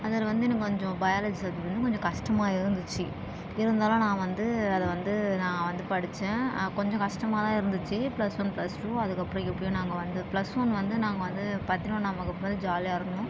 அதில் வந்து எனக்கு கொஞ்சம் பயாலஜி சப்ஜெக்ட் வந்து கொஞ்சம் கஸ்டமாக இருந்துச்சு இருந்தாலும் நான் வந்து அதை வந்து நான் வந்து படிச்சேன் கொஞ்சம் கஸ்டமாகதான் இருந்துச்சு ப்ளஸ் ஒன் ப்ளஸ் டூ அதுக்கு அப்பறம் எப்படியோ நாங்கள் வந்து ப்ளஸ் ஒன் வந்து நாங்கள் வந்து பதினொன்றாம் வகுப்பு வந்து ஜாலியாக இருந்தோம்